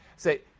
Say